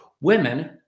Women